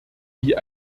wie